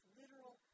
literal